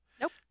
Nope